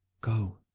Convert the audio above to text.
Go